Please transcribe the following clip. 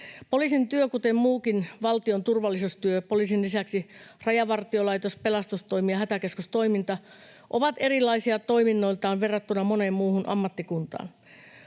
Poliisin työ, kuten muukin valtion turvallisuustyö poliisin lisäksi, Rajavartiolaitos, pelastustoimi ja hätäkeskustoiminta, ovat erilaisia toiminnoiltaan verrattuna moneen muuhun ammattikuntaan.